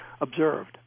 observed